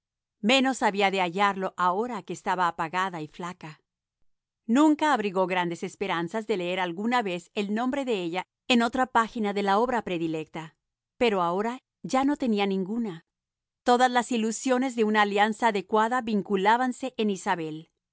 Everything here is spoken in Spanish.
menos había de hallarlo ahora que estaba apagada y flaca nunca abrigó grandes esperanzas de leer alguna vez el nombre de ella en otra página de la obra predilecta pero ahora ya no tenía ninguna todas las ilusiones de una alianza adecuada vinculábanse en